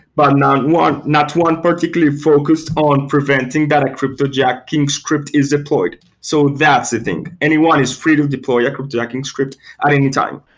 but not one not one particularly focused on preventing that a cryptojacking script is deployed. so that's the thing. anyone is free to deploy a cryptojacking script at any time.